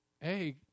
hey